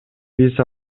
биз